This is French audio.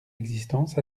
existence